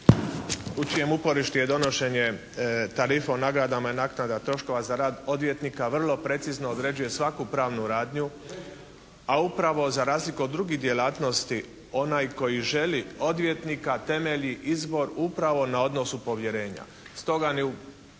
u čijem uporištu je donošenje tarife o nagradama i naknada troškova za rad odvjetnika, vrlo precizno određuje svaku pravnu radnju, a upravo za razliku od drugih djelatnosti onaj koji želi odvjetnika temelji izbor upravo na odnosu povjerenja. Stoga ni